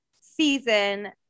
season